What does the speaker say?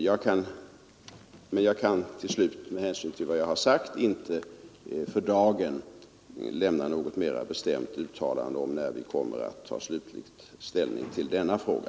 Jag kan dock med hänsyn till vad jag sagt för dagen inte lämna något bestämt uttalande om när vi kommer att ta slutlig ställning till denna fråga.